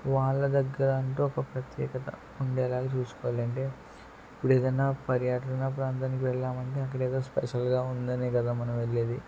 వాళ్ల దగ్గర అంటూ ఒక ప్రత్యేకత ఉండేలాగా చూసుకోవాలంటే ఇప్పుడు ఏదన్నా పర్యటన ప్రాంతానికి వెళ్ళామంటే అక్కడ ఏదో స్పెషల్గా ఉందనే కదా మనం వెళ్ళేది